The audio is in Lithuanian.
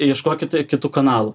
ieškokite kitų kanalų